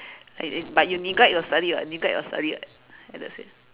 like but you neglect your study [what] neglect your study what I just said